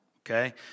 Okay